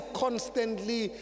constantly